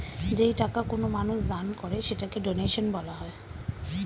যেই টাকা কোনো মানুষ দান করে সেটাকে ডোনেশন বলা হয়